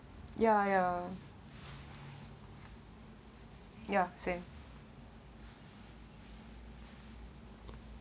ya ya ya same